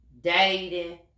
dating